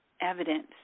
evidence